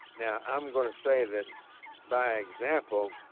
now, i am going to say that by example